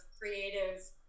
creative